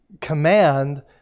command